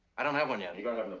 i don't have one yet. you got